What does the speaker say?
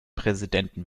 präsidenten